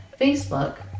Facebook